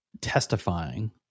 Testifying